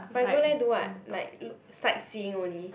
but you go there do what like look sightseeing only